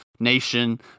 nation